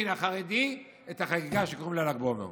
החרדי את החגיגה שקוראים לה ל"ג בעומר.